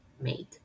made